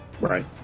Right